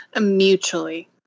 mutually